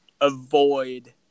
avoid